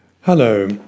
Hello